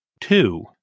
Two